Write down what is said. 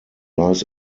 lies